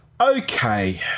Okay